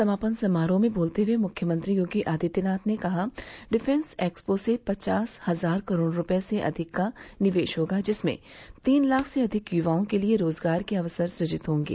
समापन समारोह में बोलते हुए मुख्यमंत्री योगी आदित्यनाथ ने कहा कि डिफेंस एक्सपो से पचास हजार करोड़ रूपये से अधिक का निवेश होगा जिसमें तीन लाख से अधिक युवाओं के लिए रोजगार के अवसर सुजित होंगे